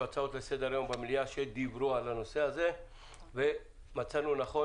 במליאה הצעות לסדר היום שדיברו על הנושא הזה ומצאנו לנכון,